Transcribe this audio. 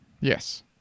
Yes